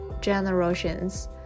generations